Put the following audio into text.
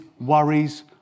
worries